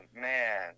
man